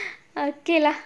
okay lah